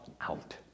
out